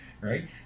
right